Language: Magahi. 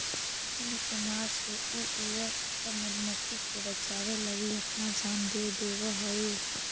ठंड के मार से उ औउर सब मधुमाखी के बचावे लगी अपना जान दे देवऽ हई